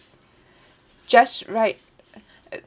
just right